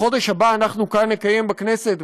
בחודש הבא אנחנו נקיים כאן בכנסת,